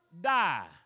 die